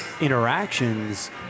interactions